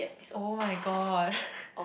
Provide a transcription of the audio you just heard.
[oh]-my-god